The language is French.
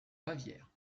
bavière